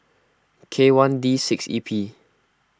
K one D six E P